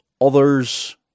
others